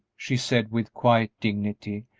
she said, with quiet dignity,